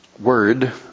Word